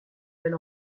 elle